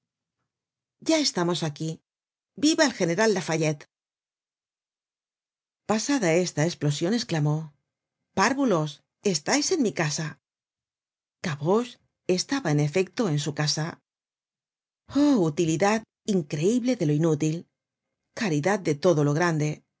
ya estamos aquí viva el general lafayette pasada esta esplosion esclamó párvulos estais en mi casa gavroche estaba en efecto en su casa oh utilidad increible de lo inútil caridad de todo lo grande